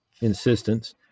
insistence